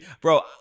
Bro